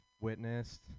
witnessed